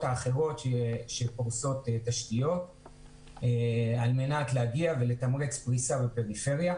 האחרות שפורסות תשתיות על מנת להגיע ולתמרץ פריסה בפריפריה.